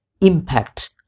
impact